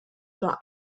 oder